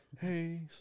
Hey